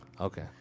okay